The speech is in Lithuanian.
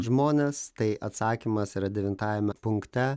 žmones tai atsakymas yra devintajame punkte